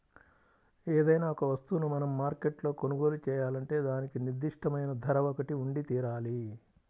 ఏదైనా ఒక వస్తువును మనం మార్కెట్లో కొనుగోలు చేయాలంటే దానికి నిర్దిష్టమైన ధర ఒకటి ఉండితీరాలి